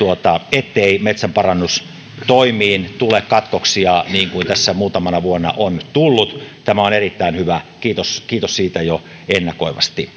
ettei metsänparannustoimiin tule katkoksia niin kuin tässä muutamana vuonna on tullut tämä on erittäin hyvä kiitos kiitos siitä jo ennakoivasti